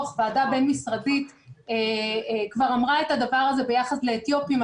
ועדה בין-משרדית זו כבר אמרה את זה ביחס לאתיופים.